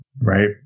right